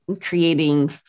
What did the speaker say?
creating